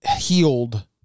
healed